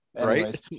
right